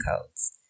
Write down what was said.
codes